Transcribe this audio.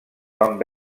van